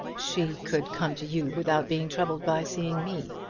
she could come to you without being troubled by seeing me.